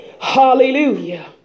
Hallelujah